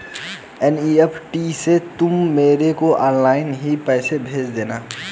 NEFT से तुम मेरे को ऑनलाइन ही पैसे भेज देना